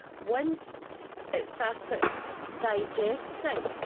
once it starts to digesting,